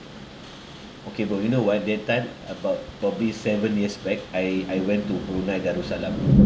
okay bro you know what that time about probably seven years back I I went to brunei darussalam